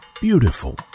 beautiful